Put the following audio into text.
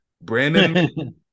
Brandon